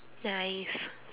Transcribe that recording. ya it is